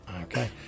Okay